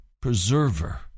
preserver